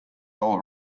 all